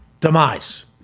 demise